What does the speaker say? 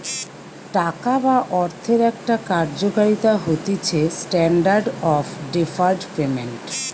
টাকা বা অর্থের একটা কার্যকারিতা হতিছেস্ট্যান্ডার্ড অফ ডেফার্ড পেমেন্ট